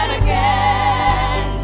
again